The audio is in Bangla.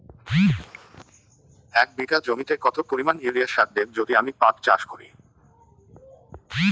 এক বিঘা জমিতে কত পরিমান ইউরিয়া সার দেব যদি আমি পাট চাষ করি?